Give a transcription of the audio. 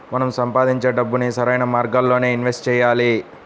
మనం సంపాదించే డబ్బుని సరైన మార్గాల్లోనే ఇన్వెస్ట్ చెయ్యాలి